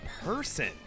person